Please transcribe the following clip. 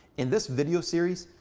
in this video series,